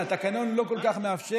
התקנון לא כל כך מאפשר,